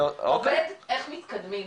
זה עובד איך מתקדמים.